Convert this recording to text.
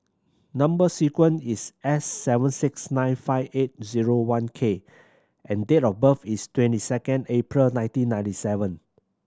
number sequence is S seven six nine five eight one zero K and date of birth is twenty second April nineteen ninety seven